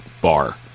bar